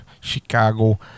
Chicago